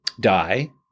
die